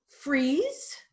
freeze